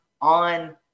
on